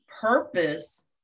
purpose